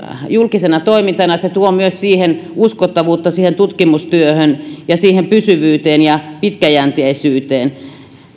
julkisena toimintana ja se tuo myös uskottavuutta siihen tutkimustyöhön ja siihen pysyvyyteen ja pitkäjänteisyyteen